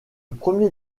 premier